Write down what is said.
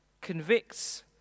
convicts